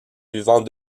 vivant